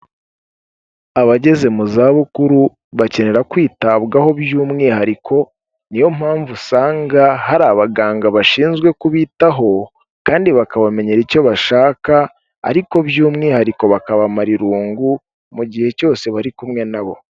Abageze mu zabukuru bakenera kwitabwaho by'umwihariko, ni yo mpamvu usanga hari abaganga bashinzwe kubitaho kandi bakabamenyera icyo bashaka, ariko by'umwihariko bakabamara irungu, mu gihe cyose bari kumwe na bo.